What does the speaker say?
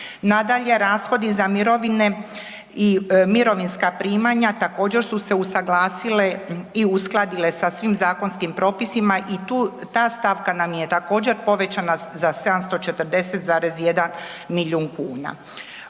Nadalje, rashodi za mirovine i mirovinska primanja također su se usuglasile i uskladile sa svim zakonskim propisima i ta stavka nam je također povećana za 740,1 milijun kuna